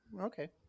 Okay